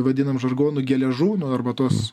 vadinam žargonu geležūnų arba tos